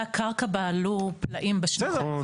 הקרקע בה עלו פלאים בשנתיים האחרונות.